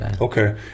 Okay